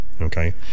okay